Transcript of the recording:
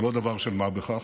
זה לא דבר של מה בכך,